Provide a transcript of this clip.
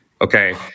okay